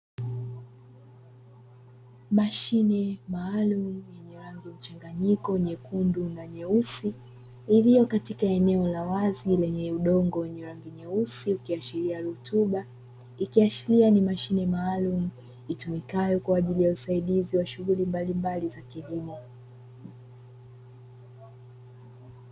Mashine maalumu yenye rangi mchanganyiko, nyekundu na nyeusi iliyo katika eneo la wazi lenye udongo wenye rangi nyeusi ukiashiria rutuba. Ikiashiria ni mashine maalum itumikayo kwa ajili ya usaidizi wa shughuli mbalimbali za kilimo.